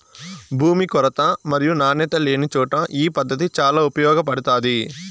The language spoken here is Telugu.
భూమి కొరత మరియు నాణ్యత లేనిచోట ఈ పద్దతి చాలా ఉపయోగపడుతాది